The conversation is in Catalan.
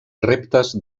reptes